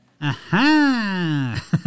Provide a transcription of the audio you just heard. Aha